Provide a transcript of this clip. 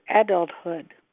adulthood